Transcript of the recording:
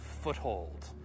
Foothold